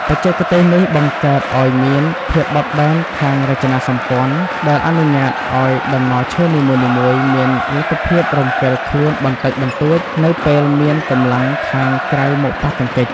បច្ចេកទេសនេះបង្កើតឱ្យមាន ភាពបត់បែនខាងរចនាសម្ព័ន្ធ ដែលអនុញ្ញាតឱ្យតំណឈើនីមួយៗមានលទ្ធភាពរំកិលខ្លួនបន្តិចបន្តួចនៅពេលមានកម្លាំងខាងក្រៅមកប៉ះទង្គិច។